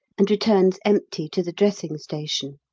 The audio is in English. and returns empty to the dressing station.